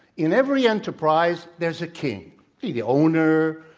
in every enterprise, there's a king the the owner,